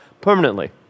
permanently